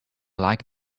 like